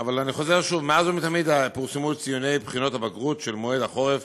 אבל אני חוזר שוב: מאז ומתמיד פורסמו ציוני בחינות הבגרות של מועד החורף